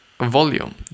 Volume